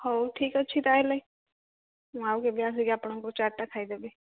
ହଉ ଠିକ୍ ଅଛି ତା'ହେଲେ ମୁଁ ଆଉ କେବେ ଆସିକି ଆପଣଙ୍କ ଚାଟ୍ଟା ଖାଇଦେବି